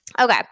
Okay